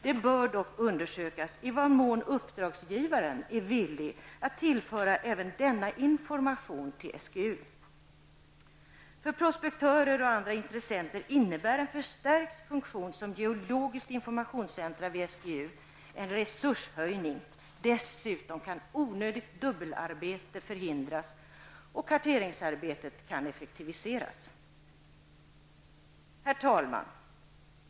Det bör dock undersökas i vad mån uppdragsgivaren är villig att tillföra SGU även denna information. För prospektörer och andra intressenter innebär en förstärkt funktion som geologiskt informationscenter vid SGU en resurshöjning. Dessutom kan onödigt dubbelarbete förhindras, och karteringsarbet kan effektiviseras. Herr talman!